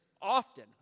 often